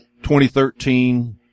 2013